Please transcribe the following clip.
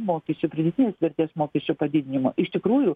mokesčio pridėtinės vertės mokesčio padidinimo iš tikrųjų